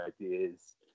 ideas